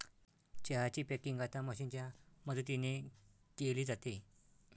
चहा ची पॅकिंग आता मशीनच्या मदतीने केली जाते